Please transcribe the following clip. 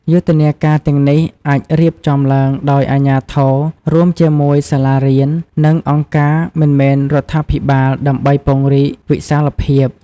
យុទ្ធនាការទាំងនេះអាចរៀបចំឡើងដោយអាជ្ញាធរ រួមជាមួយសាលារៀន និងអង្គការមិនមែនរដ្ឋាភិបាលដើម្បីពង្រីកវិសាលភាព។